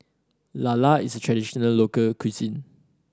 lala is a traditional local cuisine